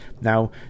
Now